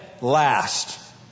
last